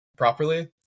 properly